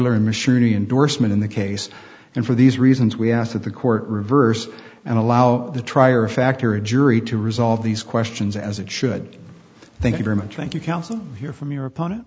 machinery indorsement in the case and for these reasons we asked that the court reverse and allow the trier of fact or a jury to resolve these questions as it should thank you very much thank you counsel hear from your opponent